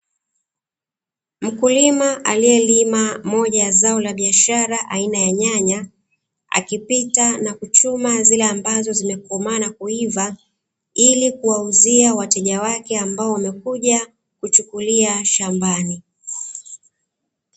Mkulima aliyelima moja ya zao la biashara aina ya nyanya, akipita na kuchuma zile ambazo zimekomaa na kuiva, ili kuwauzia wateja wake ambao wamekuja kuchukulia shambani.